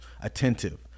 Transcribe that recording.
attentive